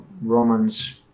Romans